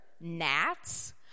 gnats